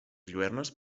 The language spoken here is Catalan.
lluernes